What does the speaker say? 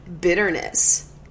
bitterness